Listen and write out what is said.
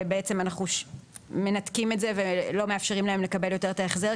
ובעצם אנחנו מנתקים את זה ולא מאפשרים להם לקבל יותר את ההחזר,